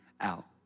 out